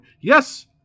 Yes